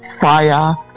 fire